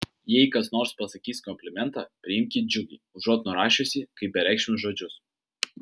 jei kas nors pasakys komplimentą priimk jį džiugiai užuot nurašiusi kaip bereikšmius žodžius